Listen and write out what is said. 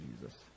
Jesus